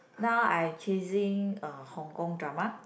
now I chasing uh Hong-Kong drama